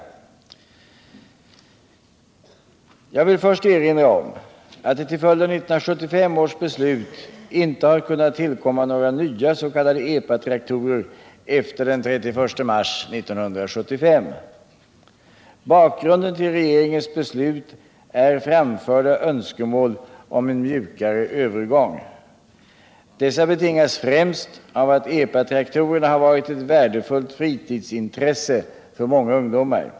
Jag vill först erinra om att det till följd av 1975 års beslut inte har kunnat tillkomma några nya s.k. epatraktorer efter den 31 mars 1975. Bakgrunden till regeringens beslut är framförda önskemål om en mjukare övergång. Dessa betingas främst av att epatraktorerna har varit ett värdefullt fritidsintresse för många ungdomar.